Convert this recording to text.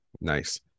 Nice